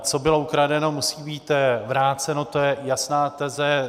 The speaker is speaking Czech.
Co bylo ukradeno, musí být vráceno, to je jasná teze.